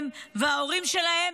הם וההורים שלהם,